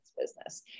business